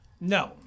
No